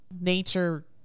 nature